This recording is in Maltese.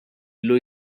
ilu